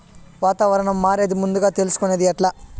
వాతావరణం మారేది ముందుగా తెలుసుకొనేది ఎట్లా?